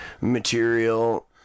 material